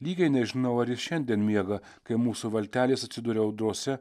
lygiai nežinau ar jis šiandien miega kai mūsų valtelės atsiduria audrose